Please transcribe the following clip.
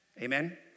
Amen